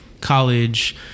college